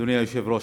אדוני היושב-ראש,